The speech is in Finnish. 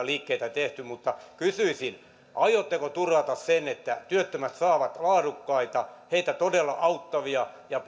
liikkeitä tehty mutta kysyisin aiotteko turvata sen että työttömät saavat laadukkaita heitä todella auttavia ja